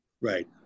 right